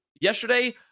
yesterday